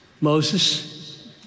Moses